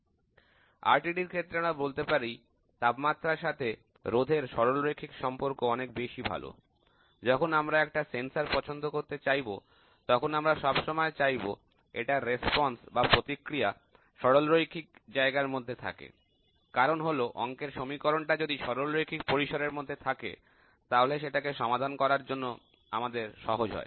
RTDর ক্ষেত্রে আমরা বলতে পারি তাপমাত্রার সাথে রোধের সরলরৈখিক সম্পর্ক অনেক বেশি ভালো যখন আমরা একটা সেন্সর পছন্দ করতে চাইবো তখন আমরা সবসময় চাইবো এটার রেসপন্স বা প্রতিক্রিয়া সরলরৈখিক জায়গার মধ্যেই থাকে কারণ হলো অংকের সমীকরণটা যদি সরলরৈখিক পরিসরের মধ্যে থাকে তাহলে সেটাকে সমাধান করা আমাদের জন্য সহজ হয়